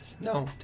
no